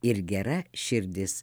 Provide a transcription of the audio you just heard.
ir gera širdis